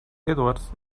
edwards